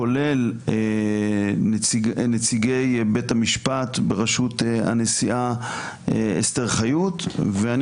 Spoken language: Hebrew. כולל נציגי בית המשפט בראשות הנשיאה אסתר חיות ואני